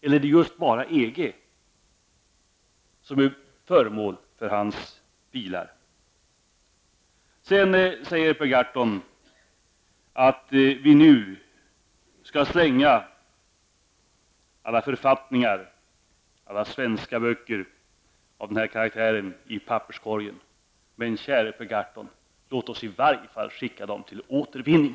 Eller är det bara EG som är föremål för hans pilar? Sedan sade Per Gahrton att vi skall slänga alla författningar, alla svenska böcker av den här karaktären, i papperskorgen. Men käre Per Gahrton, låt oss i varje fall skicka dem till återvinning!